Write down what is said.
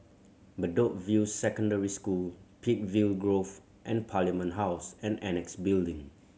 Bedok View Secondary School Peakville Grove and Parliament House and Annexe Building